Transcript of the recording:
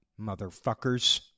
motherfuckers